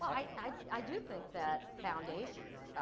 i do think that foundations,